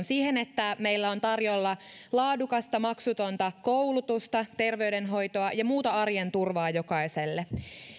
siihen että meillä on tarjolla laadukasta maksutonta koulutusta terveydenhoitoa ja muuta arjen turvaa jokaiselle